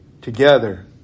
together